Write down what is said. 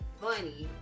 funny